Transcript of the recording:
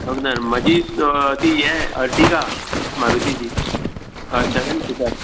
दोग जाण म्हजी ती हे अर्टिगा मारुतिची हय सॅवॅन सिटर